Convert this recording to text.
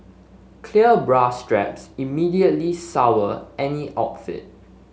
clear bra straps immediately sour any outfit